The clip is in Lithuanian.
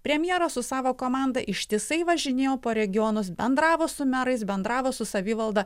premjeras su savo komanda ištisai važinėjo po regionus bendravo su merais bendravo su savivalda